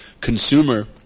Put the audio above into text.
consumer